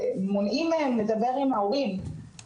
מונעים מהם לדבר עם ההורים,